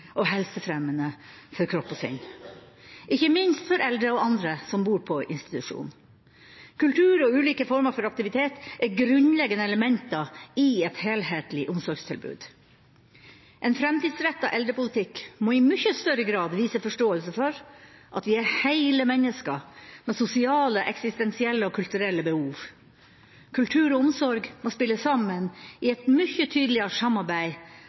og helsefremmende for kropp og sinn, ikke minst for eldre og andre som bor på institusjon. Kultur og ulike former for aktivitet er grunnleggende elementer i et helhetlig omsorgstilbud. En framtidsrettet eldrepolitikk må i mye større grad vise forståelse for at vi er hele mennesker med sosiale, eksistensielle og kulturelle behov. Kultur og omsorg må spille sammen i et mye tydeligere samarbeid